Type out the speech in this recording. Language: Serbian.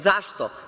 Zašto?